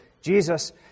Jesus